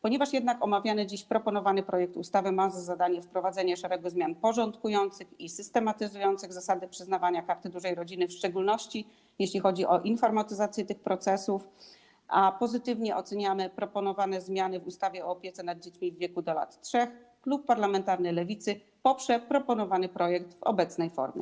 Ponieważ jednak omawiany dziś proponowany projekt ustawy ma za zadanie wprowadzenie szeregu zmian porządkujących i systematyzujących zasady przyznawania Karty Dużej Rodziny, w szczególności jeśli chodzi o informatyzację tych procesów, i ponieważ pozytywnie oceniamy proponowane zmiany w ustawie o opiece nad dziećmi w wieku do lat 3, klub parlamentarny Lewicy poprze proponowany projekt w obecnej formie.